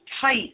tight